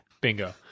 bingo